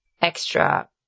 extra